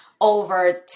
over